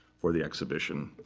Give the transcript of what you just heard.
for the exhibition,